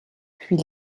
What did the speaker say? puis